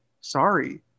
sorry